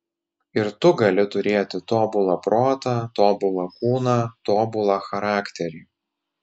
ir tu gali turėti tobulą protą tobulą kūną tobulą charakterį